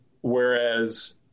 whereas